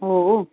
हो